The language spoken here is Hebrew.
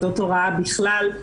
עובדות הוראה בכלל,